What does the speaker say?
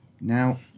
Now